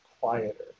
quieter